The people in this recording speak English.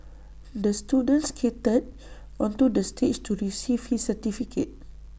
the student skated onto the stage to receive his certificate